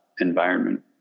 environment